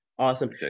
Awesome